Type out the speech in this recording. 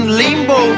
limbo